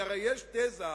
כי הרי יש תזה,